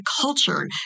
culture